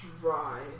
Dry